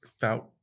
felt